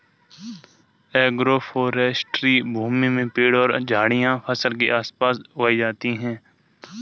agroforestry भूमि में पेड़ और झाड़ियाँ फसल के आस पास उगाई जाते है